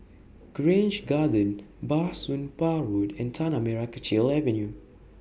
Grange Garden Bah Soon Pah Road and Tanah Merah Kechil Avenue